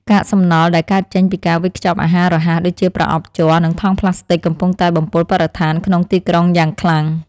កាកសំណល់ដែលកើតចេញពីការវេចខ្ចប់អាហាររហ័សដូចជាប្រអប់ជ័រនិងថង់ផ្លាស្ទិចកំពុងតែបំពុលបរិស្ថានក្នុងទីក្រុងយ៉ាងខ្លាំង។